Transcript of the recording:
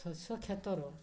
ଶସ୍ୟ କ୍ଷେତର